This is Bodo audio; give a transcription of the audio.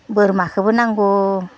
बोरमाखोबो नांगौ